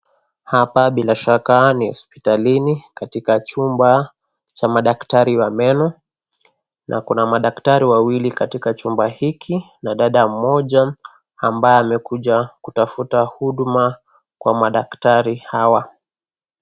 Hapa bila Shaka ni hospitalini katika chumba cha madaktari wa meno na kuna madaktari wawili katika chumba hiki na dada mmoja ambaye amekuja kutafuta huduma kwa madaktari hawa.